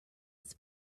its